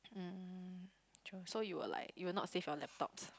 um true so you will like you will not save your laptop